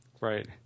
Right